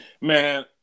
man